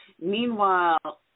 Meanwhile